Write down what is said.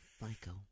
michael